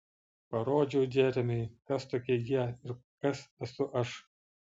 parodžiau džeremiui kas tokie jie ir kas esu aš